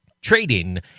trading